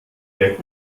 der